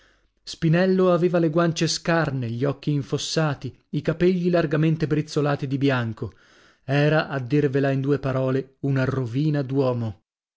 spinello aveva le guancie scarne gli occhi infossati i capegli largamente brizzolati di bianco era a dirvela in due parole una rovina d'uomo